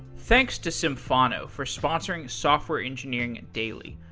thanks to symphono for sponsoring software engineering daily.